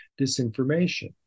disinformation